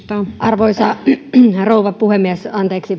arvoisa rouva puhemies